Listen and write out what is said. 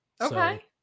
Okay